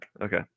Okay